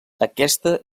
aquesta